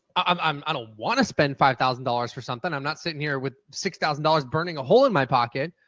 um i don't want to spend five thousand dollars for something. i'm not sitting here with six thousand dollars burning a hole in my pocket,